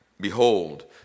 Behold